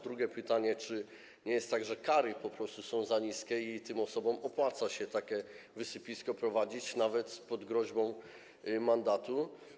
Drugie pytanie: Czy nie jest tak, że kary po prostu są za niskie i tym osobom opłaca się takie wysypisko prowadzić nawet pod groźbą mandatu?